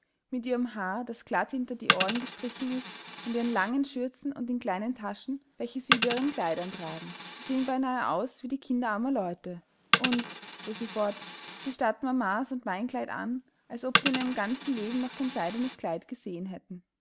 mit ihrem haar das glatt hinter die ohren gestrichen ist und ihren langen schürzen und den kleinen taschen welche sie über ihren kleidern tragen sie sehen beinahe aus wie die kinder armer leute und fuhr sie fort sie starrten mamas und mein kleid an als ob sie in ihrem ganzen leben noch kein seidenes kleid gesehen hätten